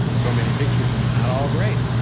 so many pictures. not all great.